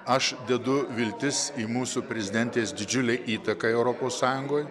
aš dedu viltis į mūsų prezidentės didžiulę įtaką europos sąjungoj